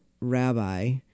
rabbi